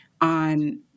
on